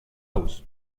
house